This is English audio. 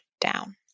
down